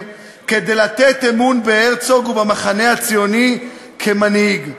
כדי לתת אמון בהרצוג ובמחנה הציוני כמנהיג.